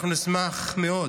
אנחנו נשמח מאוד